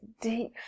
deep